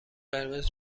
قرمز